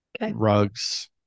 rugs